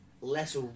less